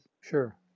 Sure